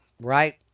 right